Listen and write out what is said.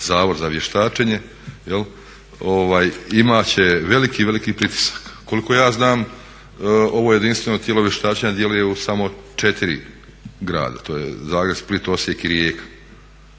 Zavod za vještačenje imati će veliki, veliki pritisak. Koliko ja znam ovo jedinstveno tijelo vještačenja djeluje u samo četiri grada, to je Zagreb, Split, Osijek i Rijeka.